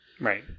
Right